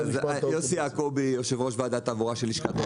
אני יושב-ראש ועדת תעבורה של לשכת עורכי הדין.